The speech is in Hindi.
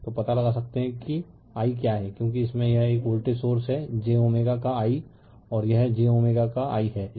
तो पता लगा सकते हैं कि i क्या हैं क्योंकि इसमें यह एक वोल्टेज सोर्स है j का i और यह j का i है